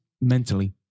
mentally